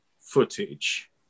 footage